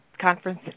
conference